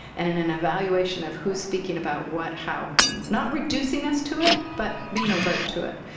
and in an evaluation of who's speaking about what, how, whom. not reducing us to it, but being alert to it.